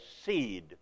seed